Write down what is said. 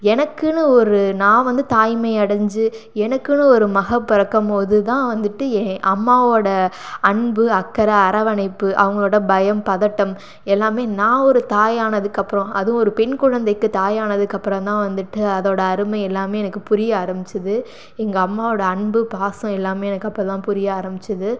எனக்குன்னு ஒரு நாள் வந்து தாய்மை அடைஞ்சி எனக்குன்னு ஒரு மகள் பிறக்கும்மோது தான் வந்துட்டு என் அம்மாவோடய அன்பு அக்கறை அரவணைப்பு அவங்களோட பயம் பதட்டம் எல்லாமே நான் ஒரு தாய் ஆனதுக்கப்புறோம் அதுவும் ஒரு பெண் குழந்தைக்கு தாய் ஆனதுக்கப்புறம் தான் வந்துட்டு அதோடய அருமை எல்லாமே எனக்கு புரிய ஆரமித்தது எங்கள் அம்மாவோடய அன்பு பாசம் எல்லாமே எனக்கு அப்போதான் புரிய ஆரமித்தது